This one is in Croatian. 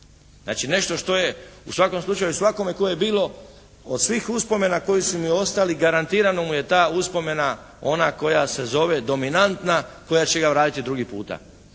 Znači, nešto što je u svakom slučaju svakom tko je bio od svih uspomena koji su mi ostali, garantirano mu je ta uspomena ona koja se zove dominantna koja će ga vratiti drugi puta.